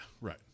right